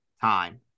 time